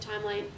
timeline